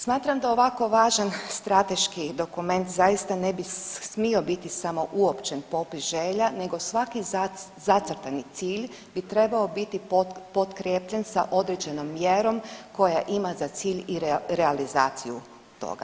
Smatram da ovako važan strateški dokument zaista ne bi smio biti samo uopćen popis želja, nego svaki zacrtani cilj bi trebao biti potkrijepljen sa određenom mjerom koja ima za cilj i realizaciju toga.